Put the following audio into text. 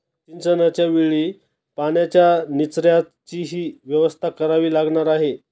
सिंचनाच्या वेळी पाण्याच्या निचर्याचीही व्यवस्था करावी लागणार आहे